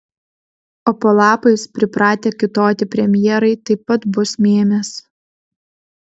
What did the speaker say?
o po lapais pripratę kiūtoti premjerai taip pat bus mėmės